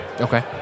Okay